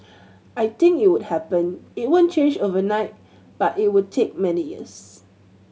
I think it would happen it won't change overnight but it would take many years